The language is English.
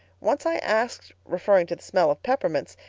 once i asked, referring to the smell of peppermints,